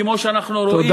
כמו שאנחנו רואים,